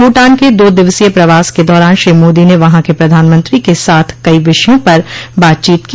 भूटान के दो दिवसीय प्रवास के दौरान श्री मोदी ने वहां के प्रधानमंत्री के साथ कई विषयों पर बातचीत की